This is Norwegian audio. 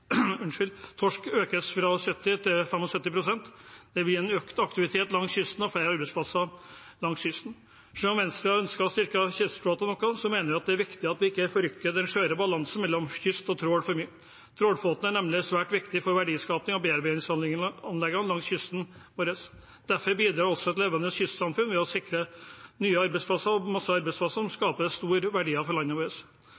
torsk økes fra 70 pst. til 75 pst. Det vil gi økt aktivitet og flere arbeidsplasser langs kysten. Selv om Venstre har ønsket å styrke kystflåten noe, mener vi det er viktig at vi ikke forrykker den skjøre balansen mellom kyst og trål for mye. Trålflåten er nemlig svært viktig for verdiskapingen og bearbeidingsanleggene langs kysten vår. Den bidrar også til levende kystsamfunn ved å sikre mange nye arbeidsplasser